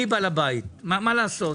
אני בעל הבית מה לעשות